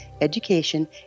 education